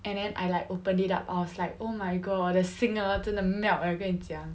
and then I like open it up I was like oh my god the 心 ah 真的 melt leh 跟你讲